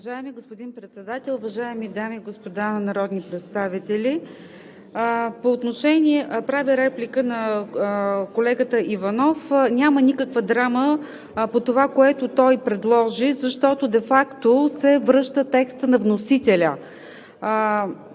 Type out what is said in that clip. Уважаеми господин Председател, уважаеми дами и господа народни представители! Правя реплика на колегата Иванов. Няма никаква драма по това, което той предложи, защото де факто се връща текстът на вносителя,